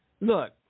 Look